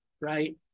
right